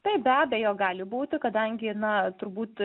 taip be abejo gali būti kadangi na turbūt